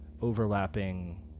overlapping